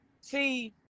See